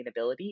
sustainability